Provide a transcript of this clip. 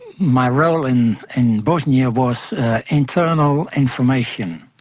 my role in in bosnia was internal information.